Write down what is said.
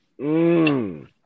Mmm